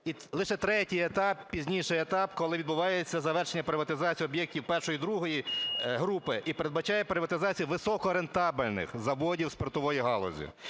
І лише третій етап, пізніший етап – коли відбувається завершення приватизації об'єктів першої і другої групи і передбачає приватизацію високорентабельних заводів спиртової галузі.